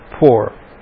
poor